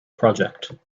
project